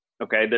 Okay